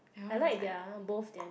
I like their both their